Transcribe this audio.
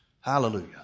Hallelujah